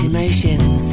Emotions